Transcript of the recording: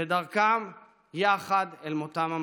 בדרכם יחד אל מותם המחריד.